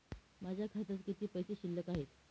माझ्या खात्यात किती पैसे शिल्लक आहेत?